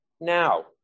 now